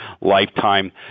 lifetime